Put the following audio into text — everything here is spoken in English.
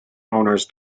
owners